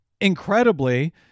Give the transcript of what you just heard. incredibly